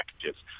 packages